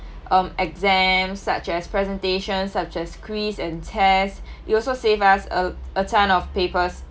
um exams such as presentation such as crease and tears you also save us a a ton of papers